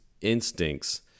instincts